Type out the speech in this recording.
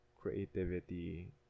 creativity